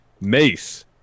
Mace